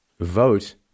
vote